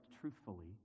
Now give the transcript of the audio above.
truthfully